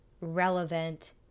relevant